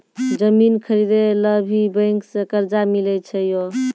जमीन खरीदे ला भी बैंक से कर्जा मिले छै यो?